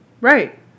Right